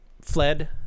fled